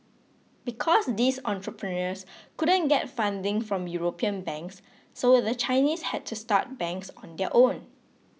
because these entrepreneurs couldn't get funding from European banks so the Chinese had to start banks on their own